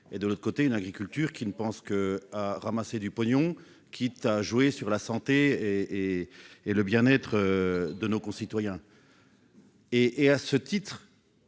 et, de l'autre, une agriculture qui ne pense qu'à ramasser du pognon, quitte à jouer avec la santé et le bien-être de nos concitoyens. Nos collègues